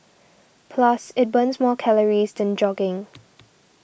plus it burns more calories than jogging